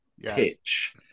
pitch